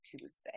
tuesday